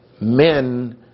Men